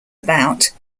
about